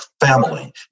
family